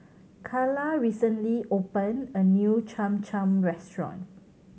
Calla recently opened a new Cham Cham restaurant